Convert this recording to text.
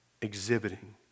exhibiting